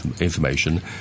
information